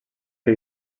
que